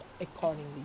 accordingly